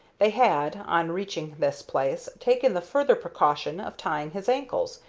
they had, on reaching this place, taken the further precaution of tying his ankles,